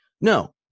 No